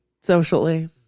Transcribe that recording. socially